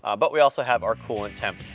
ah but we also have our coolant temp,